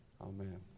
amen